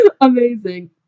Amazing